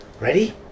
Ready